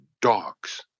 dogs